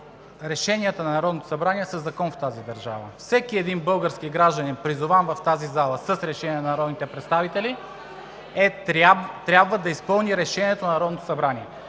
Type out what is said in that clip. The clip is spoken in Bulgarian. Решенията на Народното събрание са закон в тази държава. Всеки един български гражданин, призован в тази зала с решение на народните представители, трябва да изпълни решението на Народното събрание.